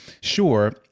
sure